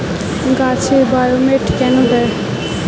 গাছে বায়োমেট কেন দেয়?